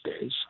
days